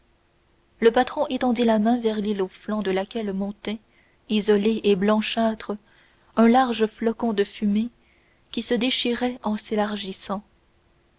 le patron étendit la main vers l'île aux flancs de laquelle montait isolé et blanchâtre un large flocon de fumée qui se déchirait en s'élargissant